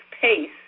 pace